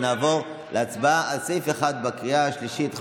ונעבור להצבעה על סעיף 1 בקריאה השלישית.